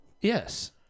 Yes